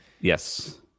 Yes